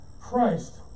Christ